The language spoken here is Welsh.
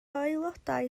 aelodau